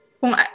kung